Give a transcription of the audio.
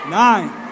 nine